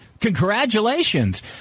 congratulations